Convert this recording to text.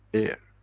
air.